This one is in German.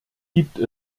gibt